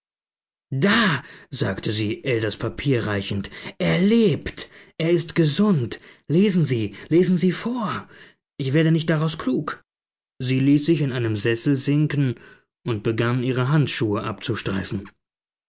da sagte sie ell das papier reichend er lebt er ist gesund lesen sie lesen sie vor ich werde nicht daraus klug sie ließ sich in einen sessel sinken und begann ihre handschuhe abzustreiten